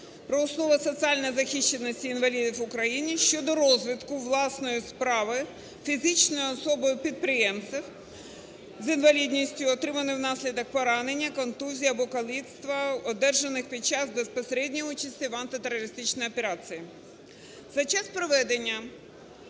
"Про основи соціальної захищеності інвалідів в Україні" щодо розвитку власної справи фізичною особою-підприємцем з інвалідністю, отриманою внаслідок поранення, контузії або каліцтва, одержаних під час безпосередньої участі в антитерористичній операції. За час проведення